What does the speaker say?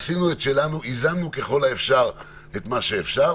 עשינו את שלנו, איזנו ככל האפשר את מה שאפשר.